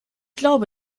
glaube